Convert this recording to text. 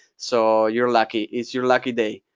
so you're lucky. it's your lucky day.